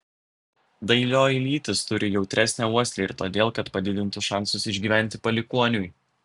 dailioji lytis turi jautresnę uoslę ir todėl kad padidintų šansus išgyventi palikuoniui